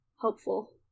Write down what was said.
helpful